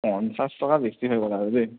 পঞ্চাশ টকা বেছি হৈ গ'ল আৰু দেই